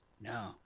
No